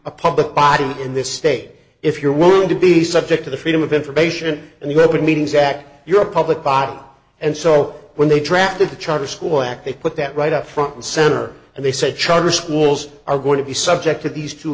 a public body in this state if you're willing to be subject to the freedom of information and you have been meeting zach you're a public body and so when they drafted the charter school act they put that right up front and center and they said charter schools are going to be subject to these two